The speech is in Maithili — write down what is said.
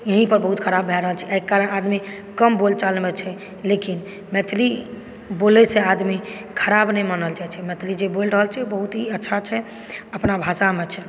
यही पर बहुत खराब भए रहल छै एहि कारणे आदमी कम बोलचालमे छै लेकिन मैथिली बोलय से आदमी खराब नहि मानल जाइ छै मैथिली जे बोलि रहल छै ओ बहुत ही अच्छा छै अपना भाषामे छै